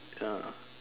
ya